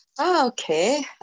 Okay